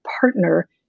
partner